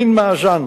מין מאזן